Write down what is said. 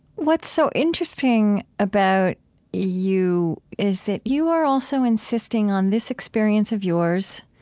what's so interesting about you is that you are also insisting on this experience of yours,